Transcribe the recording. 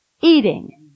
Eating